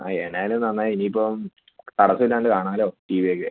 ആ എന്നാ ആയാലും നന്നായി ഇനി ഇപ്പം തടസ്സം ഇല്ലാണ്ട് കാണാമല്ലോ ടി വി ഒക്കെ